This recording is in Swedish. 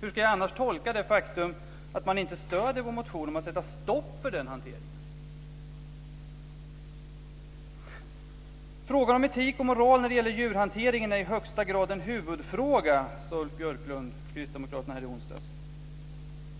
Hur ska jag annars tolka det faktum att man inte stöder vår motion om att sätta stopp för den hanteringen? Frågan om etik och moral när det gäller djurhanteringen är i högsta grad en huvudfråga, sade Ulf Björklund i onsdags.